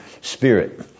spirit